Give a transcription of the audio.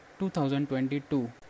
2022